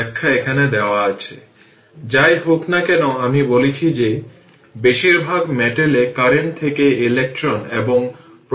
আমরা এখানে clockwise direction এ চলেছি